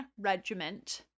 regiment